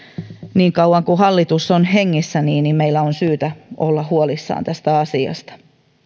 niin kauan kuin hallitus on hengissä niin niin meillä on syytä olla huolissaan tästä asiasta